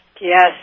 Yes